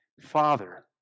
father